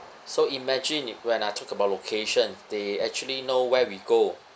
so imagine when I talk about location they actually know where we go